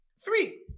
three